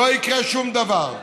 לא יקרה שום דבר.